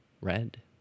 red